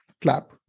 clap